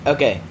Okay